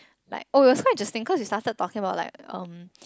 like oh it was quite interesting cause we started about like um